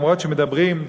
אומנם מדברים,